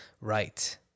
Right